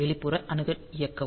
வெளிப்புற அணுகல் இயக்கவும்